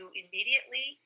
immediately